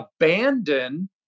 abandon